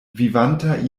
vivanta